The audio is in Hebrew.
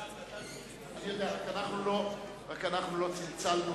אני יודע, אבל אנחנו לא צלצלנו.